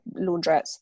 laundrettes